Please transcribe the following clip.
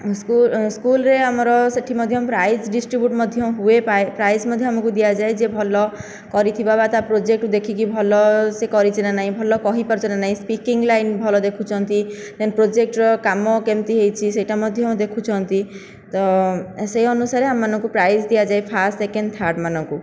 ସ୍କୁଲରେ ଆମର ସେଠି ମଧ୍ୟ ପ୍ରାଇଜ୍ ଡିଷ୍ଟ୍ରିବ୍ୟୁଟ ମଧ୍ୟ ହୁଏ ପ୍ରାଇଜ୍ ମଧ୍ୟ ଆମକୁ ଦିଆଯାଏ ଯିଏ ଭଲ କରିଥିବା ବା ତା ପ୍ରୋଜେକ୍ଟକୁ ଦେଖି ସେ ଭଲ କରିଛି ନା ନାହିଁ ଭଲ କହିପାରୁଛି ନା ନାହିଁ ସ୍ପିକିଙ୍ଗ ଲାଇନ ଭଲ ଦେଖୁଛନ୍ତି ଦେନ୍ ପ୍ରୋଜେକ୍ଟର କାମ କେମିତି ହେଇଛି ସେଇଟା ମଧ୍ୟ ଦେଖୁଛନ୍ତି ତ ସେହି ଅନୁସାରେ ଆମମାନଙ୍କୁ ପ୍ରାଇଜ୍ ଦିଆଯାଏ ଫାଷ୍ଟ ସେକେଣ୍ଡ ଥାର୍ଡ ମାନଙ୍କୁ